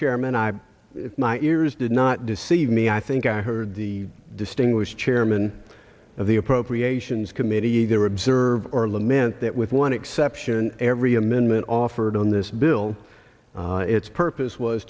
chairman i my ears did not deceive me i think i heard the distinguished chairman of the appropriations committee either observe or lament that with one exception every amendment offered in this bill its purpose was